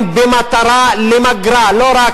וחוקי חירום,